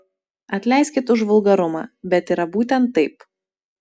atleiskit už vulgarumą bet yra būtent taip